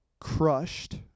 crushed